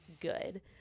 good